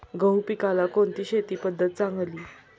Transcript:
गहू पिकाला कोणती शेती पद्धत चांगली?